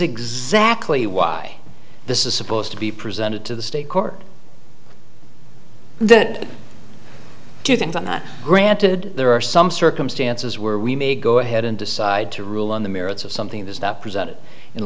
exactly why this is supposed to be presented to the state court that do things on the granted there are some circumstances where we may go ahead and decide to rule on the merits of something that is not presented in